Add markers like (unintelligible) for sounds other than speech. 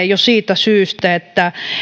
(unintelligible) jo siitä syystä että